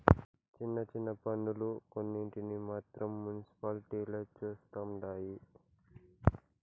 చిన్న చిన్న పన్నులు కొన్నింటిని మాత్రం మునిసిపాలిటీలే చుస్తండాయి